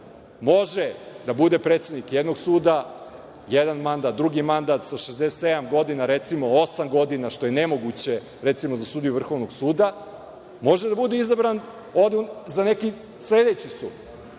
može da bude predsednik jednog suda, jedan mandat, drugi mandat sa 67 godina, recimo osam godina, što je nemoguće, recimo za sudiju Vrhovnog suda, može da bude izabran za neki sledeći sud.